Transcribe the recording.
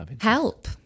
Help